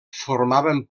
formaven